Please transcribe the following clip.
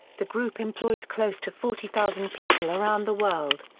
the group employs close to forty thousand people around the world.